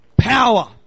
power